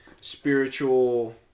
spiritual